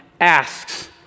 asks